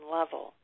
level